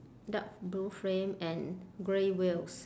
dark blue frame and grey wheels